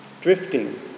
Drifting